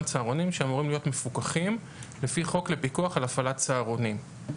צהרונים שאמורים להיות מפוקחים לפי חוק לפיקוח על הפעלת צהרונים.